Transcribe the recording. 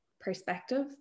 perspective